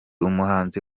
umuhanzi